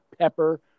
pepper